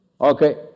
okay